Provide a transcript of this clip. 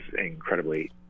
incredibly